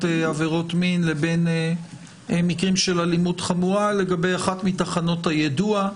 עבירות מין לבין מקרים של אלימות חמורה לגבי אחת מתחנות היידוע,